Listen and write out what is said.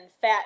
fat